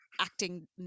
acting